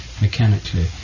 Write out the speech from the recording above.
mechanically